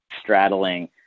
straddling